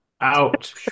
out